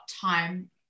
time